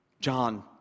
John